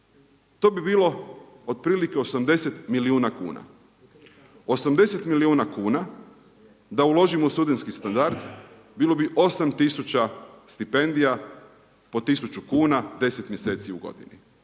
to bi bilo otprilike 80 milijuna kuna. 80 milijuna kuna da uložimo u studentski standard bilo bi 8000 stipendija po 1000 kuna 10 mjeseci u godini.